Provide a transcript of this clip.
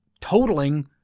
totaling